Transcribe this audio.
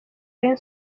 rayon